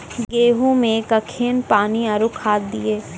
गेहूँ मे कखेन पानी आरु खाद दिये?